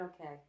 okay